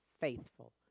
faithful